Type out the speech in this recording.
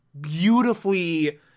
beautifully